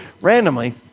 randomly